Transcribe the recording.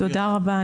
תודה רבה.